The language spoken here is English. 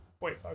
wait